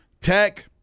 Tech